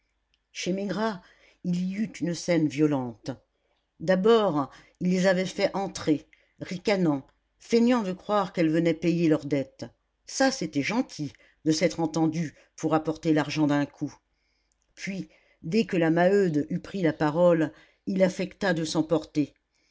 chez maigrat il y eut une scène violente d'abord il les avait fait entrer ricanant feignant de croire qu'elles venaient payer leurs dettes ça c'était gentil de s'être entendu pour apporter l'argent d'un coup puis dès que la maheude eut pris la parole il affecta de s'emporter